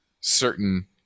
certain